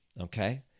okay